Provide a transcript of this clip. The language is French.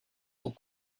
sont